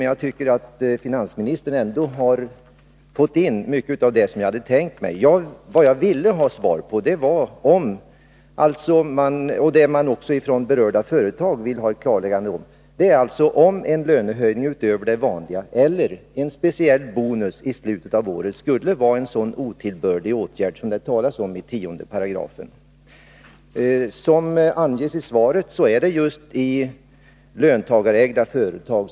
Ändå tycker jag att finansministern i sitt svar har fått med mycket av det jag hade tänkt mig. Vad jag och berörda företag främst ville få ett klarläggande om var huruvida en lönehöjning utöver den vanliga eller en bonus i slutet av året är en så otillbörlig åtgärd som det talas om i 108. Som anges i svaret förekommer detta just i löntagarägda företag.